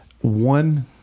One